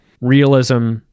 realism